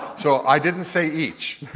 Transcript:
so i didn't say, each.